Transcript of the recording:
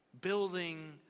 Building